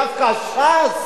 דווקא ש"ס,